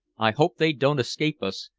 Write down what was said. i hope they don't escape us.